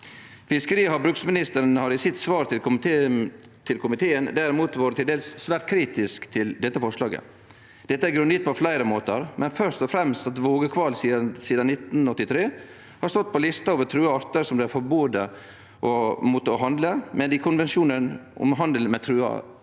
Fiskeriog havbruksministeren har i sitt svar til komiteen derimot vore til dels svært kritisk til dette forslaget. Dette er grunngjeve på fleire måtar, men først og fremst med at vågekval sidan 1983 har stått på lista over trua artar som det er forbod mot å handle med i konvensjonen om handel med trua